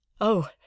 Oh